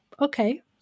okay